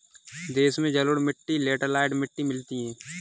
देश में जलोढ़ मिट्टी लेटराइट मिट्टी मिलती है